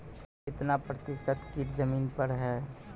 कितना प्रतिसत कीट जमीन पर हैं?